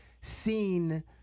seen –